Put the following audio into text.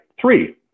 three